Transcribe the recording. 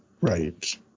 Right